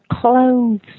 clothes